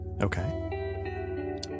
okay